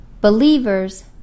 Believers